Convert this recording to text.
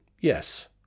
yes